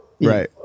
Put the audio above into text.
right